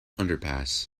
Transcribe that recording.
underpass